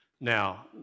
Now